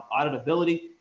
auditability